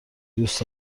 دوست